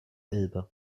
elbe